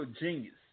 genius